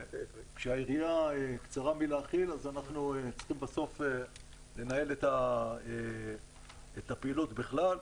כשהיריעה קצרה מלהכיל אז אנחנו צריכים בסוף לנהל את הפעילות בכלל,